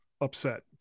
upset